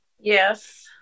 Yes